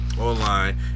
online